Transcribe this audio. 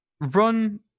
run